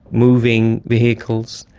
moving vehicles,